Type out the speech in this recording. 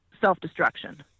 self-destruction